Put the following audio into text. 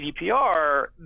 GDPR